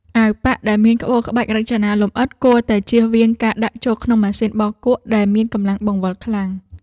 អាវប៉ាក់ដែលមានក្បូរក្បាច់រចនាលម្អិតគួរតែចៀសវាងការដាក់ចូលក្នុងម៉ាស៊ីនបោកគក់ដែលមានកម្លាំងបង្វិលខ្លាំង។